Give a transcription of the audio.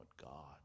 God